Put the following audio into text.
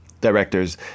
directors